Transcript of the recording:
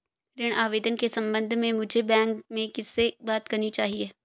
ऋण आवेदन के संबंध में मुझे बैंक में किससे बात करनी चाहिए?